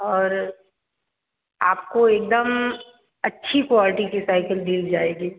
और आपको एक दम अच्छी क्वाॅलटी की सइकिल दी जाएगी